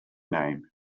name